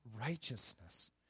righteousness